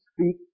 speak